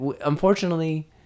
Unfortunately